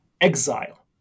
exile